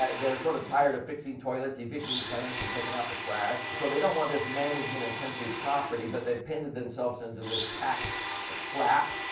ah they're sort of tired of fixing toilets, evicting tenants and taking out the trash. so, they don't want this management intensive property. but they pinned and themselves into this tax ah trap.